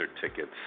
tickets